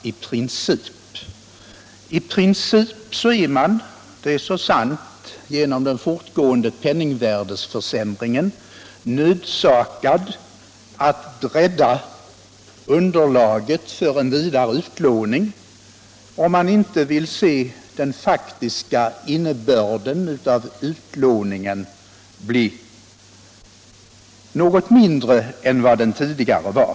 I princip är man — det är så sant — på grund av den fortgående penningvärdeförsämringen nödsakad att bredda underlaget för en vidare utlåning, om man inte vill se den faktiska utlåningskapaciteten bli mindre än vad den tidigare var.